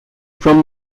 from